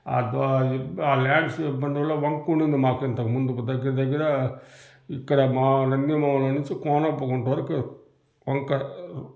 ఆ దో ఆ ల్యాండ్స్ వల్ల వంకుండింది మాకు ఇంతకుముందు దగ్గిర దగ్గిరా ఇక్కడా మా నందిగామ నుంచి కోనప్ప గుంట వరకు వంక